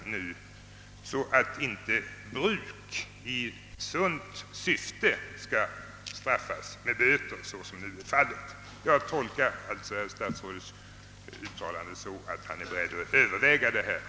Ett bruk i vettigt syfte skall inte straffas med böter, vilket nu sker. Jag tolkar alltså statsrådets uttalande så att han är beredd att överväga en dylik ändring.